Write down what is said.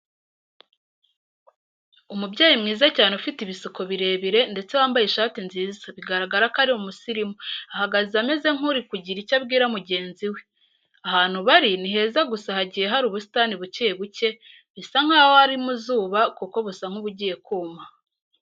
Umubyeyi mwiza cyane ufite ibisuko birebire ndetse wambaye ishati nziza bigaragara ko ari umusirimu, ahagaze ameze nk'uri kugira icyo abawira mugenzi we. Ahantu bari ni heza gusa hagiye hari ubusitani buke buke, bisa nkaho ari mu izuba kuko busa nk'ubugiye kuma.